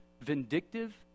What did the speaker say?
vindictive